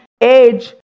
age